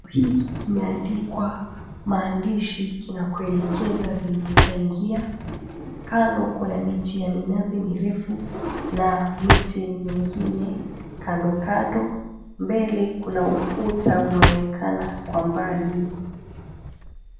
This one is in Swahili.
Hiki kimeandikwa maandishi kinakuelekeza vyenye utaingia, kando kuna miti ya minazi mirefu na miti mingine kando kando. Mbele kuna ukuta unaoonekana kwa mbali.